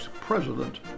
President